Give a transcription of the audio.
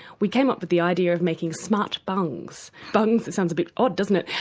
we came up with the idea of making smart bungs bungs sounds a bit odd, doesn't it,